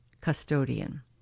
custodian